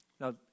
Now